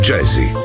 Jazzy